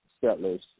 settlers